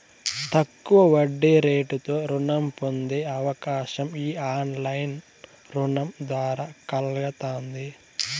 తక్కువ వడ్డీరేటుతో రుణం పొందే అవకాశం ఈ ఆన్లైన్ రుణం ద్వారా కల్గతాంది